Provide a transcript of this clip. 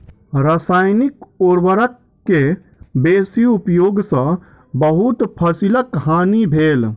रसायनिक उर्वरक के बेसी उपयोग सॅ बहुत फसीलक हानि भेल